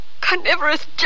carnivorous